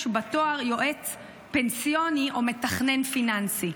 בתואר יועץ פנסיוני או מתכנן פיננסי?